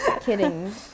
kidding